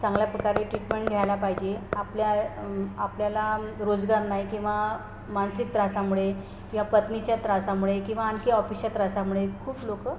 चांगल्या प्रकारे ट्रीटमेंट घ्यायला पाहिजे आपल्या आपल्याला रोजगार नाही किंवा मानसिक त्रासामुळे किंवा पत्नीच्या त्रासामुळे किंवा आणखी ऑफिसच्या त्रासामुळे खूप लोक